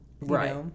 Right